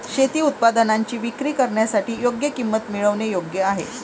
शेती उत्पादनांची विक्री करण्यासाठी योग्य किंमत मिळवणे योग्य आहे